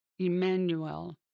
Emmanuel